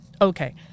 Okay